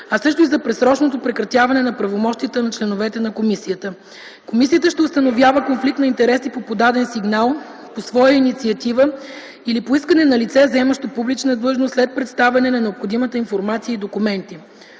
а също и за предсрочното прекратяване на пълномощията на членовете на комисията. Комисията ще установява конфликт на интереси по подаден сигнал, по своя инициатива или по искане на лице, заемащо публична длъжност, след представяне на необходимата информация и документи.